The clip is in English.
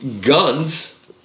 guns